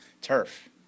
turf